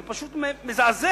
זה פשוט מזעזע.